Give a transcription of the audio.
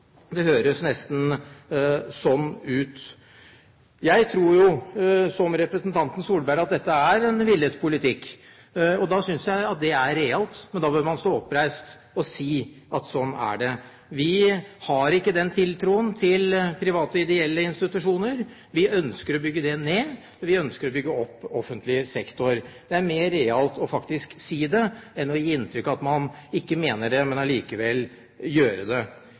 Det høres nesten sånn ut. Jeg tror, som representanten Solberg, at dette er en villet politikk, og det synes jeg er realt. Men da bør man stå oppreist og si at sånn er det: Vi har ikke den tiltroen til private og ideelle institusjoner, vi ønsker å bygge det ned, vi ønsker å bygge opp offentlig sektor. Det er mer realt faktisk å si det enn å gi inntrykk av at man ikke mener det, men allikevel gjør det.